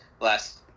last